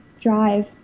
drive